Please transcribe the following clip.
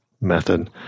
method